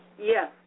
Yes